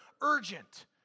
urgent